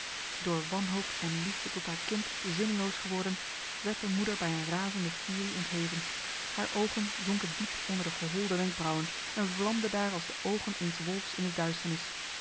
door wanhoop en liefde tot haar kind zinneloos geworden werd de moeder bij een razende furie ontheven haar ogen zonken diep onder de geholde wenkbrauwen en vlamden daar als de ogen eens wolfs in de duisternis